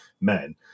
men